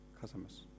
customers